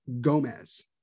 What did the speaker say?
Gomez